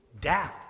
doubt